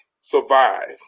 survive